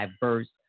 diverse